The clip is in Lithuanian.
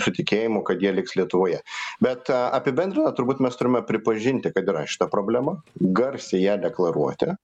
su tikėjimu kad jie liks lietuvoje bet apibendrinant turbūt mes turime pripažinti kad yra šita problema garsiai ją deklaruoti